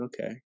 okay